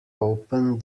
open